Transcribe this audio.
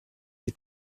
you